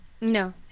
no